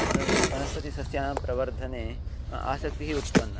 वनस् वनस्पतिसस्यानां प्रवर्धने आसक्तिः उत्पन्ना